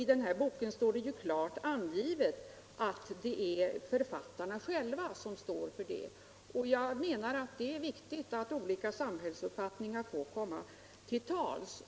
I den här boken står klart angivet att det är författarna själva som svarar för innehållet. Jag menar att det är viktigt att olika samhällsuppfattningar får komma till tals.